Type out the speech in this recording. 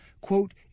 quote